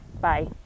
Bye